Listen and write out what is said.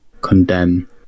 condemn